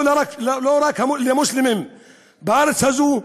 ולא רק למוסלמים בארץ הזאת,